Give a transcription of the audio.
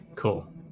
Cool